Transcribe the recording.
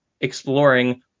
exploring